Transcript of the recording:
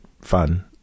fun